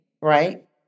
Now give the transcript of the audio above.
Right